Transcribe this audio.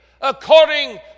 according